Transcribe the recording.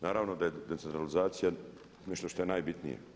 Naravno da je decentralizacija nešto što je najbitnije.